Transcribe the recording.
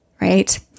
right